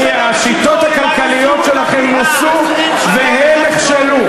השיטות הכלכליות שלכם נוסו והן נכשלו.